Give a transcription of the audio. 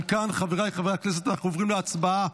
אם כך, חבריי חברי הכנסת, אנחנו עוברים להצבעה